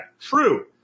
true